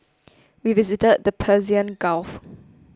we visited the Persian Gulf